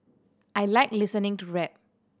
I like listening to rap